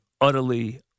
utterly